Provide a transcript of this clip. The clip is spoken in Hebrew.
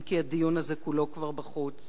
אם כי הדיון הזה כולו כבר בחוץ.